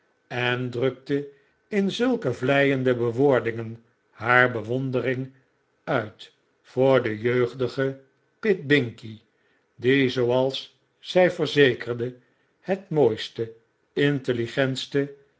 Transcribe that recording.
en drukte in zulke vleiende bewoordingen haar bewondering uit voor den jeugdigen pitt binkie die zooals zij verzekerde het mooiste intelligentste